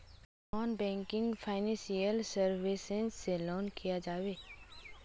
Non banking financial services से loan लिया जाबे?